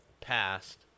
passed